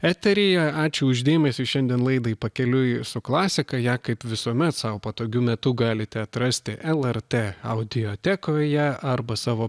eteryje ačiū už dėmesį šiandien laidai pakeliui su klasika ją kaip visuomet sau patogiu metu galite atrasti lrt audiotekoje arba savo